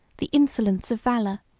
the insolence of valor,